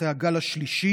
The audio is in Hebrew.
אחרי הגל השלישי,